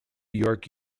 york